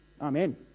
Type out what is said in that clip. Amen